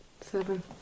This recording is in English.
Seven